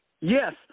Yes